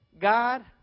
God